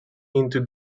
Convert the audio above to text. into